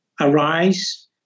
arise